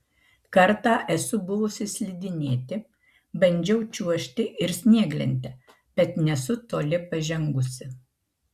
kartą esu buvusi slidinėti bandžiau čiuožti ir snieglente bet nesu toli pažengusi